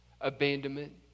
Abandonment